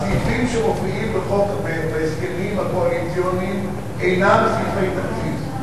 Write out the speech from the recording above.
הסעיפים שמופיעים בהסכמים הקואליציוניים אינם סעיפי תקציב.